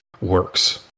works